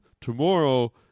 tomorrow